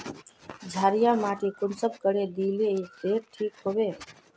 क्षारीय माटी कुंसम करे या दिले से ठीक हैबे?